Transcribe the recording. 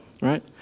right